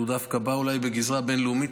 והוא דווקא בגזרה הבין-לאומית.